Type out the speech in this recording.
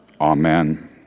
Amen